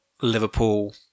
Liverpool